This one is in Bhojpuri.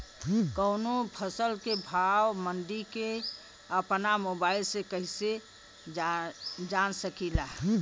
कवनो फसल के भाव मंडी के अपना मोबाइल से कइसे जान सकीला?